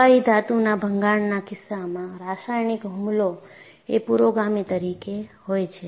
પ્રવાહી ધાતુના ભંગાણના કિસ્સામાં રાસાયણિક હુમલો એ પુરોગામી તરીકે હોય છે